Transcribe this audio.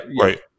right